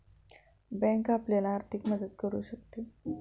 bank आपल्याला आर्थिक मदत करू शकते